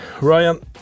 Ryan